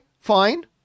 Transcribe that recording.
fine